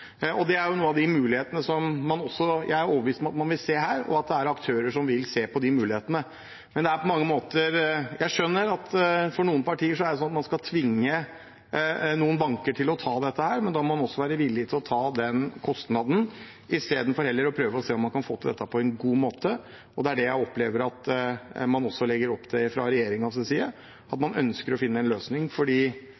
Det er jo noen av de mulighetene jeg er overbevist om at man vil se her, og det er aktører som vil se på de mulighetene. Jeg skjønner at for noen partier er det sånn at man skal tvinge noen banker til å ta dette, men da må man også være villig til å ta den kostnaden istedenfor å prøve å se om man kan få til dette på en god måte. Det er det jeg opplever at man legger opp til fra regjeringens side,